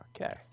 Okay